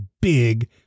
big